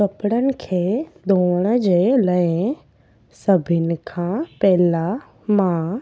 कपिड़नि खे धोअण जे लाइ सभिनि खां पहिला मां